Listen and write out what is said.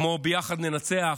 כמו "ביחד ננצח",